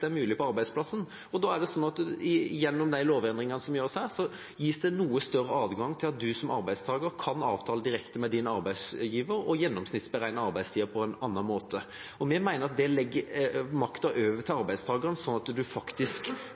det er mulig på arbeidsplassen. Da gis det, gjennom de lovendringene som gjøres her, noe større adgang til at en som arbeidstager kan avtale direkte med arbeidsgiver og gjennomsnittsberegne arbeidstiden på en annen måte. Vi mener at det legger makten over til arbeidstageren, sånn at man faktisk